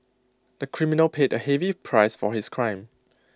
the criminal paid A heavy price for his crime